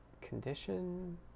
condition